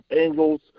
angles